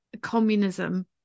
communism